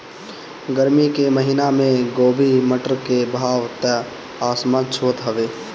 गरमी के महिना में गोभी, मटर के भाव त आसमान छुअत हवे